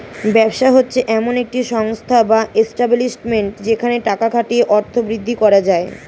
ব্যবসা হচ্ছে এমন একটি সংস্থা বা এস্টাব্লিশমেন্ট যেখানে টাকা খাটিয়ে অর্থ বৃদ্ধি করা যায়